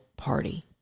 party